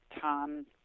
Tom